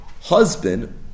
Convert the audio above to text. husband